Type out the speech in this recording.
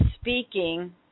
speaking